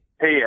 Hey